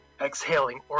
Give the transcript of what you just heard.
Exhaling